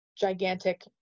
gigantic